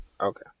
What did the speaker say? Okay